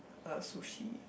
uh sushi